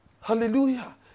Hallelujah